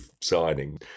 signing